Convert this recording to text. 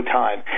time